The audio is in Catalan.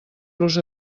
los